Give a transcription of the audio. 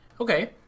Okay